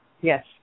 Yes